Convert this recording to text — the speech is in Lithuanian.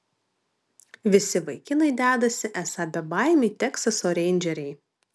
visi vaikinai dedasi esą bebaimiai teksaso reindžeriai